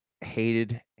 Hated